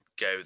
Go